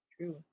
True